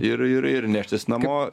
ir ir ir neštis namo